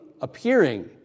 appearing